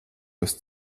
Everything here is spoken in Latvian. kas